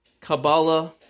Kabbalah